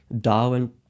Darwin